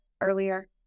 earlier